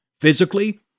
Physically